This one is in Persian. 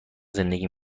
زندگی